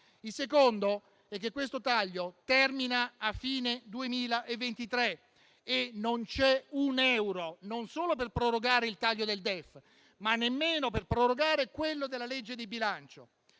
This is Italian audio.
Il secondo è che questo taglio termina a fine 2023 e non c'è un euro, non solo per prorogare il taglio del DEF, ma nemmeno per prorogare quello della legge di bilancio.